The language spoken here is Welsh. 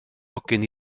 hogyn